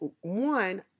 one